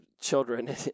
children